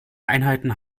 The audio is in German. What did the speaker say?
einheiten